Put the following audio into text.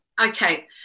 Okay